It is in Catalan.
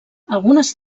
algunes